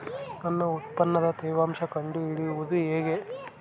ನನ್ನ ಉತ್ಪನ್ನದ ತೇವಾಂಶ ಕಂಡು ಹಿಡಿಯುವುದು ಹೇಗೆ?